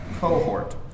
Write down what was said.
cohort